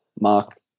Mark